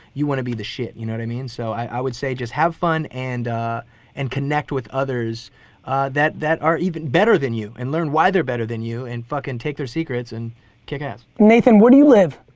you wanna be the shit, you know what i mean. so, i would say just have fun and and connect with others that that are even better than you and learn why they are better than you and fuckin' take their secrets and kick ass. nathan, where do you live?